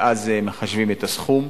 ואז מחשבים את הסכום.